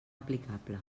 aplicable